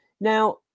Now